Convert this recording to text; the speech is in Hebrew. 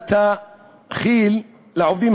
הנהלת כי"ל לעובדים